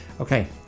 okay